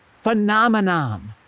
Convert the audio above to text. phenomenon